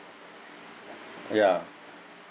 ya